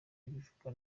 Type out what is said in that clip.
ibivugwa